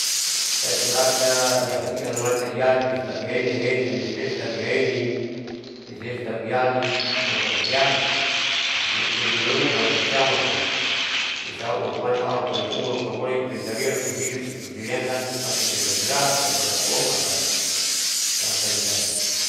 Usaieratia iya iaan mataiyali bisatau ihaen ihaen lesi lesi tau iahenin, lesi lesi tauiyali siam tapasiam tutun irurun tapasiam maasapa insya allah umur panjang allah panjangumujro kaloboleh pencarian puhidup titireankan harus itaebergerak kalo ibergerak koa maasapa istirahatale cali.